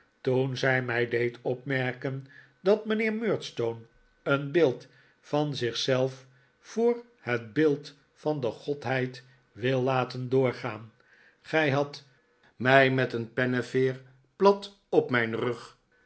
toen zij mij deed opmerken dat mijnheer murdstone een beeld van zich zelf voor het beeld van de godheid wil laten doorgaan gij hadt mij met een penneveer plat op mijn rug